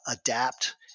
adapt